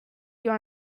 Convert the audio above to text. your